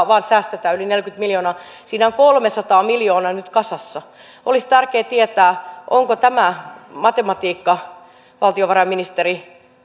vaan säästetään yli neljäkymmentä miljoonaa siinä on kolmesataa miljoonaa nyt kasassa olisi tärkeää tietää onko tämä matematiikka valtiovarainministeri